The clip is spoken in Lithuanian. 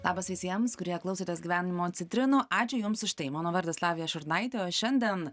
labas visiems kurie klausotės gyvenimo citrinų ačiū jums už tai mano vardas lavija šurnaitė o šiandien